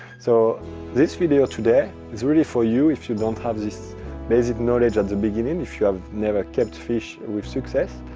so this video today is really for you if you don't have this basic knowledge at the beginning. if you have never kept fish with success,